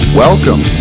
Welcome